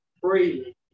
freely